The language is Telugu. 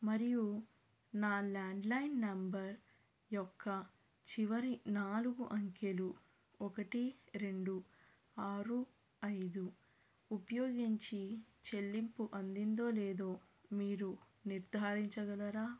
మరియు నా ల్యాండ్లైన్ నంబర్ యొక్క చివరి నాలుగు అంకెలు ఒకటి రెండు ఆరు ఐదు ఉపయోగించి చెల్లింపు అందిందో లేదో మీరు నిర్ధారించగలరా